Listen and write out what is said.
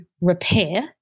repair